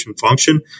function